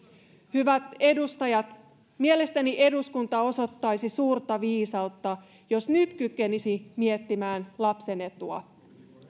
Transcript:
hyvät edustajat mielestäni eduskunta osoittaisi suurta viisautta jos nyt kykenisi miettimään lapsen etua